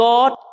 God